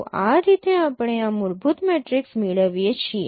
તો આ રીતે આપણે આ મૂળભૂત મેટ્રિક્સ મેળવીએ છીએ